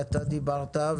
אתה דיברת,